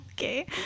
Okay